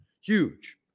huge